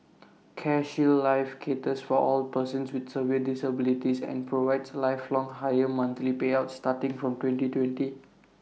CareShield life caters for all persons with severe disabilities and provides lifelong higher monthly payouts starting from twenty twenty